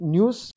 News